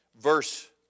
verse